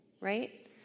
right